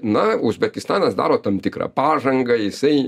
na uzbekistanas daro tam tikrą pažangą jisai